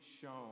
shown